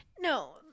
no